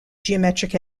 geometric